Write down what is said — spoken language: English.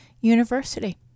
University